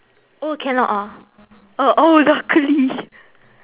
oh cannot ah uh oh luckily